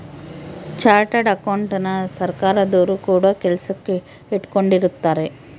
chartered ಅಕೌಂಟೆಂಟನ ಸರ್ಕಾರದೊರು ಕೂಡ ಕೆಲಸಕ್ ಇಟ್ಕೊಂಡಿರುತ್ತಾರೆ